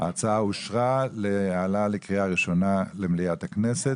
ההצעה אושרה להעלאה לקריאה ראשונה למליאת הכנסת.